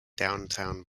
downtown